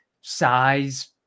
size